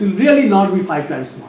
really nor be five times